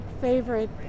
favorite